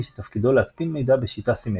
שתפקידו להצפין מידע בשיטה סימטרית.